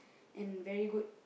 and very good